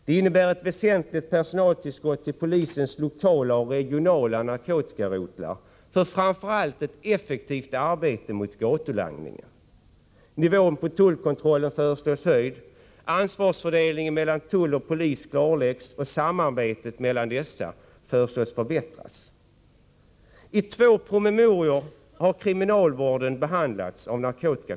Det innebär ett väsentligt personaltillskott till polisens lokala och regionala narkotikarotlar för framför allt ett effektivt arbete mot gatulangningen. Nivån på tullkontrollen föreslås höjd. Ansvarsfördelningen mellan tull och polis klarläggs, och samarbetet mellan dessa föreslås förbättras. I två promemorior har narkotikakommissionen behandlat kriminalvården.